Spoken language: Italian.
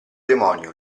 demonio